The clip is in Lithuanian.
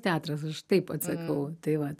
teatras aš taip atsakau tai vat